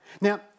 Now